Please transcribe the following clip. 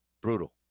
Brutal